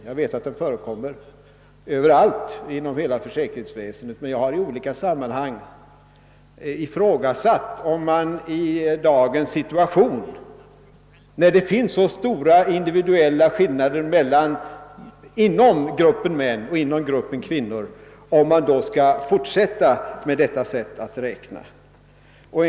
Jag vet att den förekommer inom hela försäkringsväsendet, men jag har i olika sammanhang ifrågasatt om man i dagens situation, när det finns så stora individuella skillnader inom gruppen män och inom gruppen kvinnor, skall fortsätta att räkna på detta vis.